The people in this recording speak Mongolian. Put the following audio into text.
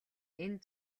энэ